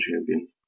champions